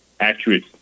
accurate